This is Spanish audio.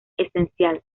esencial